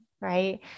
right